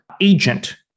agent